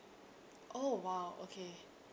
oh !wow! okay